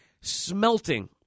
smelting